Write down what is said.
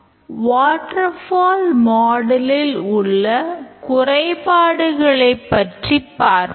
கடந்த சில விரிவுரைகளில் நாம் வாட்டர் ஃபால் மாடலை வழிமுறையை வழங்குகிறது